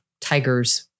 tigers